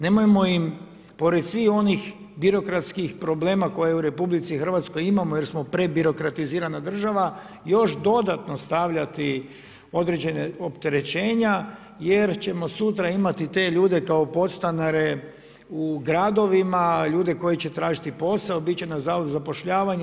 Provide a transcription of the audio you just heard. Nemojmo im pored svih onih birokratskih problema koje u RH imamo jer smo prebirokratizirana država još dodatno stavljati određena opterećenja jer ćemo sutra imati te ljude kao podstanare u gradovima, ljude koji će tražiti posao, bit će na Zavodu za zapošljavanje.